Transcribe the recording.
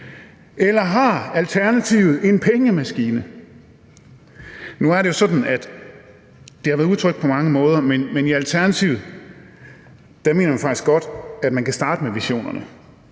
Eller har Alternativet en pengemaskine? Nu er det jo sådan, at det har været udtrykt på mange måder, men i Alternativet mener vi faktisk godt, man kan starte med visionerne